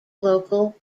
local